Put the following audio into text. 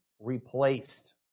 replaced